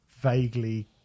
vaguely